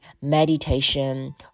meditation